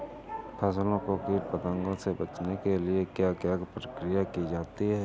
फसलों को कीट पतंगों से बचाने के लिए क्या क्या प्रकिर्या की जाती है?